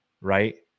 Right